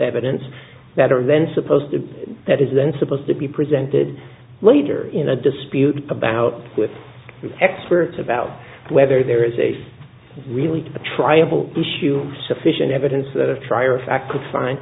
evidence that are then supposed to that is then supposed to be presented later in a dispute about with experts about whether there is a really a triangle issue sufficient evidence that a trial if i could find